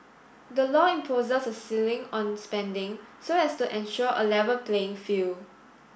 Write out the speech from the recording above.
the law imposes a ceiling on spending so as to ensure a level playing field